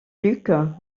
luke